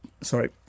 Sorry